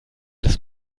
des